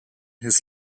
his